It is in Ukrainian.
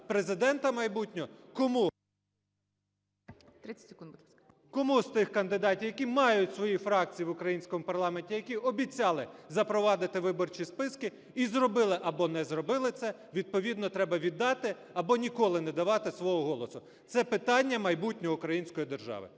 будь ласка. ЄМЕЦЬ Л.О. … кому з тих кандидатів, які мають свої фракції в українському парламенті, які обіцяли запровадити виборчі списки і зробили або не зробили це, відповідно, треба віддати або ніколи не давати свого голосу. Це питання майбутнього української держави.